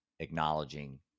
acknowledging